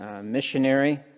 missionary